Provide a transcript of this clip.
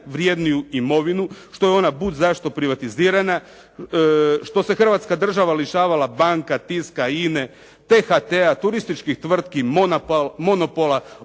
najvrjedniju imovinu, što je budzašto privatizirana, što se Hrvatska država lišavala banka, tiska, INA-e, THT-a, turističkih tvrtki, monopola